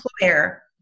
employer